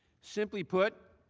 simply put,